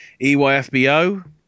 EYFBO